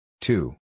Two